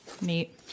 Neat